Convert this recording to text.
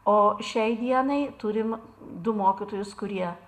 o šiai dienai turim du mokytojus kurie